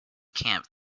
camp